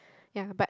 ya but